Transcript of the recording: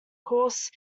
course